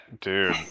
Dude